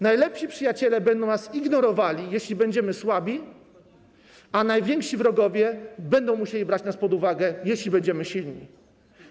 Najlepsi przyjaciele będą nas ignorowali, jeśli będziemy słabi, a najwięksi wrogowie będą musieli brać nas pod uwagę, jeśli będziemy silni.